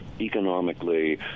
economically